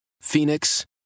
Phoenix